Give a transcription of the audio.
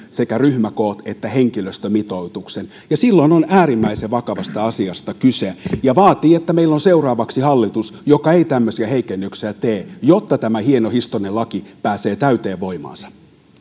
ryhmäkoot ja henkilöstömitoituksen silloin on äärimmäisen vakavasta asiasta kyse ja se vaatii sitä että meillä on seuraavaksi hallitus joka ei tämmöisiä heikennyksiä tee jotta tämä hieno historiallinen laki pääsee täyteen voimaansa